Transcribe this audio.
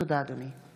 תודה, אדוני.